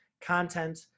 content